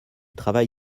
travail